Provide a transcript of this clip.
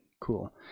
Cool